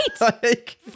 Right